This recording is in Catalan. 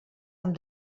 amb